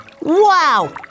Wow